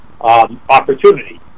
opportunity